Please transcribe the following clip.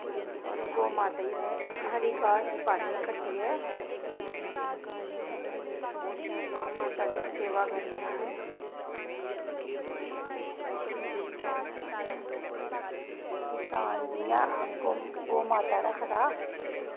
होर गौऽ माता ई अस हरी घास पाने कट्टियै गौऽ माता दी सेवा करने अस किसान जि'यां गौऽ माता रखदा